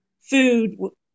food